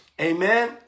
Amen